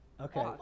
Okay